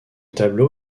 tableau